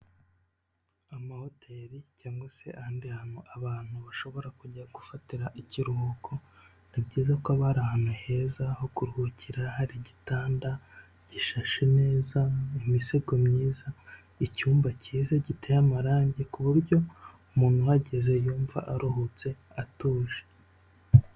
Amahoteli cyangwa se ahandi hantu abantu bashobora kujya gufatira ikiruhuko, ni byiza ko aba ari ahantu heza ho kuruhukira hari igitanda gishashe neza mu misego myiza, icyumba kiza giteye amarangi ku buryo umuntu uhageze yumva aruhutse atuje.